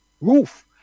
roof